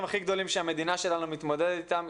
הכי גדולים שהמדינה שלנו מתמודדת איתם.